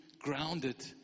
Grounded